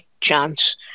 chance